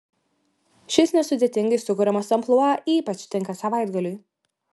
šis nesudėtingai sukuriamas amplua ypač tinka savaitgaliui